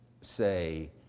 say